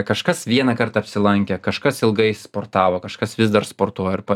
kažkas vieną kartą apsilankę kažkas ilgai sportavo kažkas vis dar sportuoja ir pa